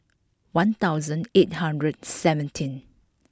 one thousand eight hundred seventeen